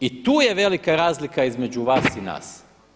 I tu je velika razlika između vas i nas.